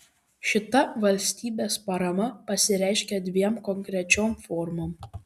šita valstybės parama pasireiškia dviem konkrečiom formom